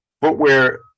footwear